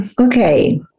Okay